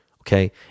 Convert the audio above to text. okay